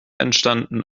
entstanden